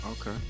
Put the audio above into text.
Okay